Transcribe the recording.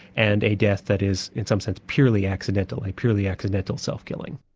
and a death that is in some sense purely accidental, a purely accidental self-killing.